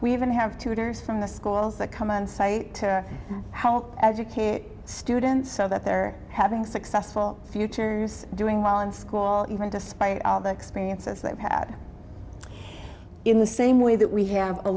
we even have tutors from the schools that come on site to help educate students so that they're having successful futures doing well in school all right despite all the experiences they've had in the same way that we have a